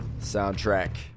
soundtrack